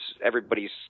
everybody's